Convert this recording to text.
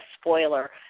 spoiler